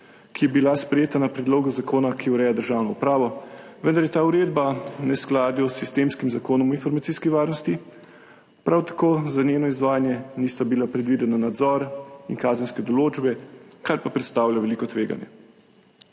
ki je bila sprejeta na podlagi zakona, ki ureja državno upravo, vendar je ta uredba v neskladju s sistemskim Zakonom o informacijski varnosti, prav tako za njeno izvajanje nista bila predvidena nadzor in kazenske določbe, kar pa predstavlja veliko tveganje.